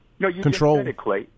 Control